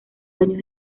años